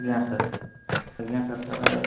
ଆଜ୍ଞା ସାର୍ ଆଜ୍ଞା ସାର୍ ତା ହେଲେ